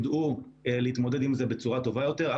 יידעו להתמודד עם זה בצורה טובה יותר,